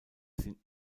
sind